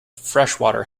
freshwater